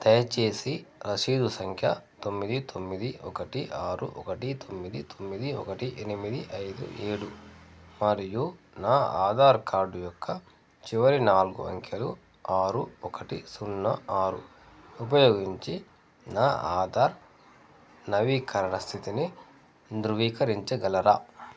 దయచేసి రసీదు సంఖ్య తొమ్మిది తొమ్మిది ఒకటి ఆరు ఒకటి తొమ్మిది తొమ్మిది ఒకటి ఎనిమిది ఐదు ఏడు మరియు నా ఆధార్ కార్డ్ యొక్క చివరి నాలుగు అంకెలు ఆరు ఒకటి సున్నా ఆరు ఉపయోగించి నా ఆధార్ నవీకరణ స్థితిని ధృవీకరించగలరా